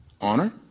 honor